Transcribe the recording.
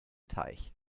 teich